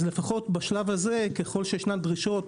לפחות בשלב הזה ככל שיש דרישות,